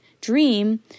dream